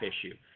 issue